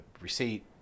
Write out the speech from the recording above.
receipt